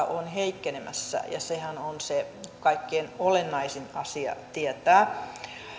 on heikkenemässä ja sehän on se kaikkein olennaisin asia tietää